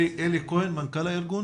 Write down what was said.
אלי כהן, מנכ"ל הארגון